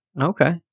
Okay